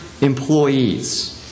employees